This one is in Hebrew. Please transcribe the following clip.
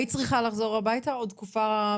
היית צריכה לחזור הביתה, או תקופה?